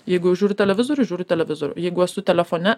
jeigu žiūri televizorių žiūri televizorių jeigu esu telefone